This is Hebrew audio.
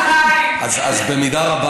במידה רבה,